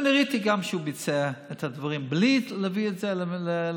ואני ראיתי גם שהוא ביצע את הדברים בלי להביא את זה לכנסת.